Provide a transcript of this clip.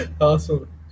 Awesome